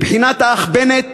מבחינת האח בנט,